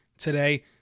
today